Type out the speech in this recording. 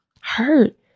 hurt